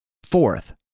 Fourth